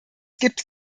gibt